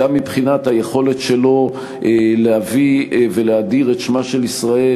גם מבחינת היכולת שלו להביא ולהאדיר את שמה של ישראל